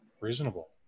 reasonable